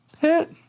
Hit